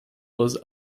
was